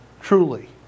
Truly